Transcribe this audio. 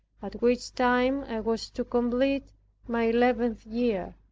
at which time i was to complete my eleventh year.